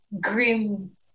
grim